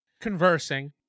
conversing